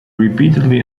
repeatedly